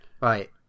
Right